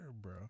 bro